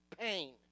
pain